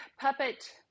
Puppet